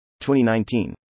2019